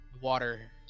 water